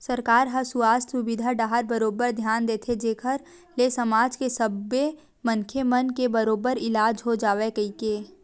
सरकार ह सुवास्थ सुबिधा डाहर बरोबर धियान देथे जेखर ले समाज के सब्बे मनखे मन के बरोबर इलाज हो जावय कहिके